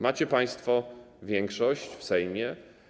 Macie państwo większość w Sejmie.